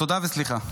תודה וסליחה.